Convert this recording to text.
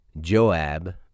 Joab